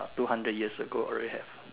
two hundred years ago already have